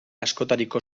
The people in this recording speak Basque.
askotariko